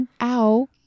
ow